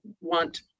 want